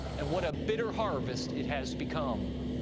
and what a bitter harvest it has become.